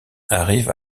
arrive